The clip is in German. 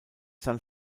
san